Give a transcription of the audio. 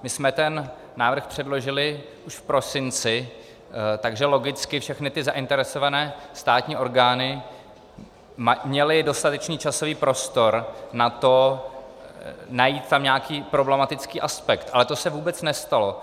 My jsme ten návrh předložili už v prosinci, takže logicky všechny zainteresované státní orgány měly dostatečný časový prostor na to najít tam nějaký problematický aspekt, ale to se vůbec nestalo.